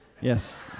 yes